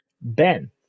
Ben